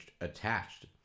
attached